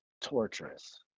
torturous